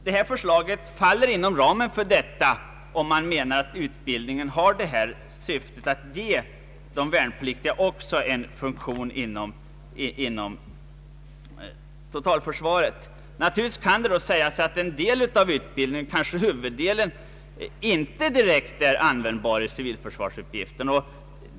Det förslag vi nu behandlar faller inom ramen för detta, om man nämligen menar att utbildningen också har till syfte att ge de värnpliktiga en funktion inom totalförsvaret. Naturligtvis kan sägas att en del av utbildningen, kanske huvuddelen, inte är direkt användbar i civilförsvarsuppgifter.